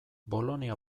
bolonia